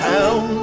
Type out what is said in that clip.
Town